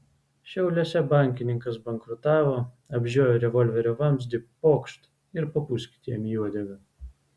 šiauliuose bankininkas bankrutavo apžiojo revolverio vamzdį pokšt ir papūskit jam į uodegą